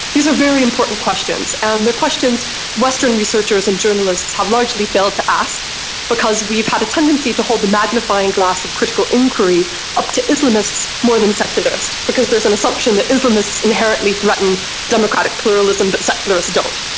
these are very important questions and they are questions western researchers and journalists have largely failed to ask because we've had a tendency to hold the magnifying glass of critical inquiry up to islamists more than secularists, because there's an assumption that islamists inherently threaten democratic pluralism but secularists don't.